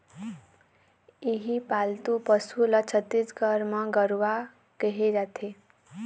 इहीं पालतू पशु ल छत्तीसगढ़ म गरूवा केहे जाथे